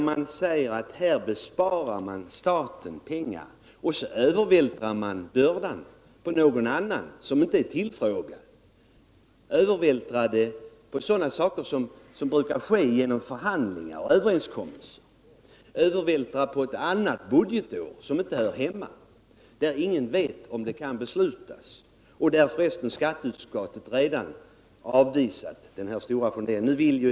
Man säger att man sparar pengar åt staten, och så övervältrar man bördan på någon annan som inte är tillfrågad. Man övervältrar kostnaderna på ett sätt som inte brukar kunna ske utan förhandlingar och överenskommelser. Man övervältrar också kostnader till ett annat budgetår, som inte är aktuellt nu och som ingen vet något om. Skatteutskottet har förresten redan avvisat denna stolta fondering.